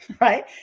right